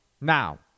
now